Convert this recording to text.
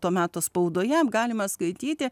to meto spaudoje galima skaityti